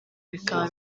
bikaba